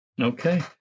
Okay